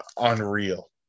Unreal